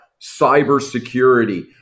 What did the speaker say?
cybersecurity